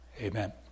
Amen